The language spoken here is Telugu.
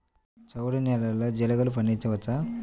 చవుడు నేలలో జీలగలు పండించవచ్చా?